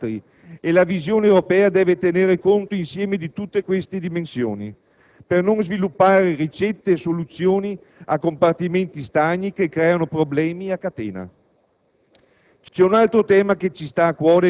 Nessun elemento è scisso dagli altri e la visione europea deve tener conto insieme di tutte queste dimensioni per non sviluppare ricette e soluzioni a compartimenti stagni che creano problemi a catena.